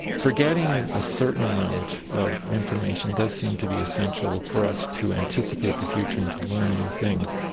forgetting a certain amount of information does seem to be essential for us to anticipate the future and to learn new things.